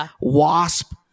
wasp